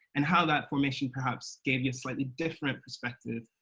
and how that formation, perhaps gave you a slightly different perspective,